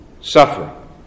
suffering